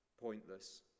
pointless